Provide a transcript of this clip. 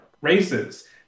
races